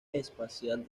espacial